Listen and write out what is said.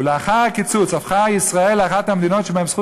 ולאחר הקיצוץ הפכה ישראל לאחת המדינות שבהן סכום